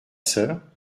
sœur